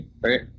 right